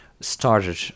started